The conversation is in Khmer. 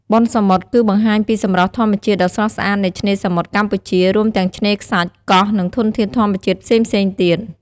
បុណ្យសមុទ្រ គឺបង្ហាញពីសម្រស់ធម្មជាតិដ៏ស្រស់ស្អាតនៃឆ្នេរសមុទ្រកម្ពុជា រួមទាំងឆ្នេរខ្សាច់ កោះ និងធនធានធម្មជាតិផ្សេងៗទៀត។